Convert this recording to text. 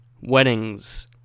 weddings